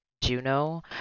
Juno